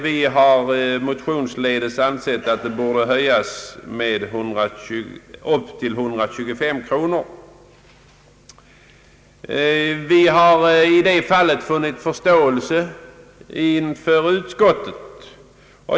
Vi har motionsledes föreslagit att det skall höjas upp till 125 kronor. Vi har i det fallet funnit förståelse hos utskottet.